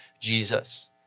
Jesus